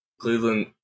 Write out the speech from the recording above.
Cleveland